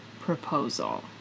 proposal